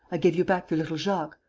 i gave you back your little jacques.